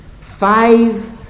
five